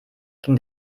ging